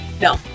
No